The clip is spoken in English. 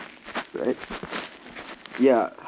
right ya